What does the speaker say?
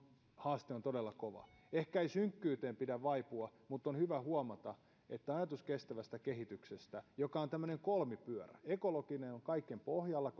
haaste on todella kova ehkä ei synkkyyteen pidä vaipua mutta on hyvä huomata että ajatus kestävästä kehityksestä on tämmöinen kolmipyörä ekologinen on kaiken pohjalla